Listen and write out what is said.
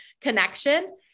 connection